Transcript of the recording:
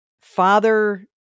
Father